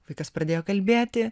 vaikas pradėjo kalbėti